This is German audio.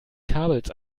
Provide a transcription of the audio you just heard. kabels